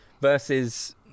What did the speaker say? versus